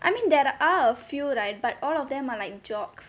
I mean there are a few right but all of them are like jocks